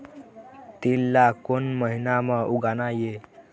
तील ला कोन महीना म उगाना ये?